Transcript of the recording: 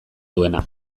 duena